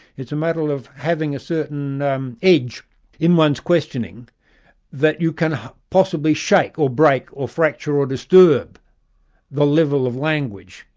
it's a matter of having a certain um edge in one's questioning that you can possibly shake or break or fracture or disturb the level of language,